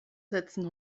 setzen